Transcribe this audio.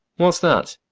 what's that?